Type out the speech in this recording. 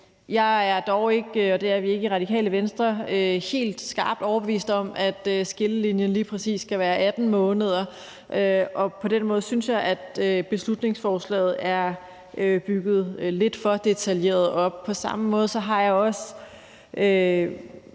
har fremsat her. Men i Radikale Venstre er vi dog ikke helt overbevist om, at skillelinjen lige præcis skal være 18 måneder, og på den måde synes jeg, at beslutningsforslaget er bygget lidt for detaljeret op. På samme måde har jeg i